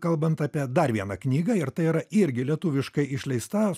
kalbant apie dar vieną knygą ir tai yra irgi lietuviškai išleista